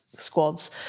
squads